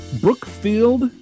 Brookfield